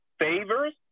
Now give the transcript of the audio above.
favors